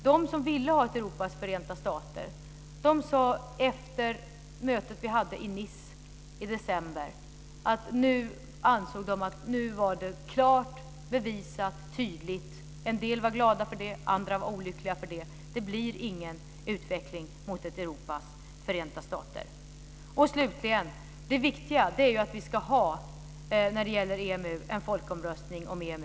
De som ville ha ett Europas förenta stater sade efter Nicemötet i december att de nu ansåg det tydligt vara bevisat. En del var glada och andra var olyckliga över att det inte blir någon utveckling mot ett Europas förenta stater. Slutligen: Det viktiga när det gäller EMU är att vi ska ha en folkomröstning om EMU-frågan.